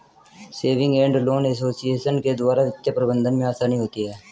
saving and loan association के द्वारा वित्तीय प्रबंधन में आसानी होती है